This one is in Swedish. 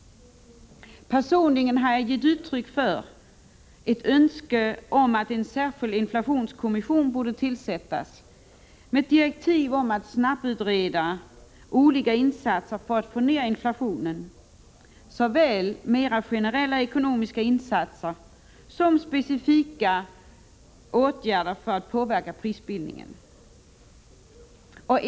Personligen har jag uttalat ett önskemål om att en särskild inflationskommission bör tillsättas med direktivet att snabbutreda olika insatser för att få ned inflationen. Det skall handla om såväl generella ekonomiska insatser som specifika åtgärder för att påverka prisbildningen.